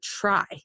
try